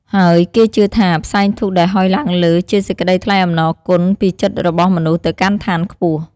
ហើយគេជឿថាផ្សែងធូបដែលហ៊ុយឡើងលើ ជាសេចក្ដីថ្លែងអំណរគុណ ពីចិត្តរបស់មនុស្សទៅកាន់ឋានខ្ពស់។